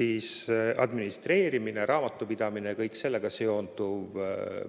üks administreerimine, raamatupidamine ja kõik sellega seonduv,